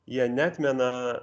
jie neatmena